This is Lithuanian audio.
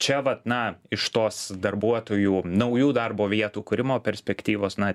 čia vat na iš tos darbuotojų naujų darbo vietų kūrimo perspektyvos na